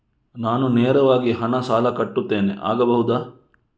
ನಾನು ನೇರವಾಗಿ ಹಣ ಸಾಲ ಕಟ್ಟುತ್ತೇನೆ ಆಗಬಹುದ?